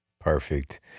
Perfect